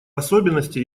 особенности